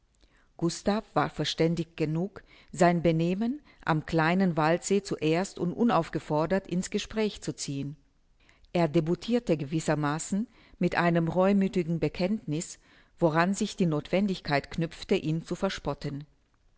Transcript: gustav war verständig genug sein benehmen am kleinen waldsee zuerst und unaufgefordert in's gespräch zu ziehen er debutirte gewissermaßen mit einem reumüthigen bekenntniß woran sich die nothwendigkeit knüpfte ihn zu verspotten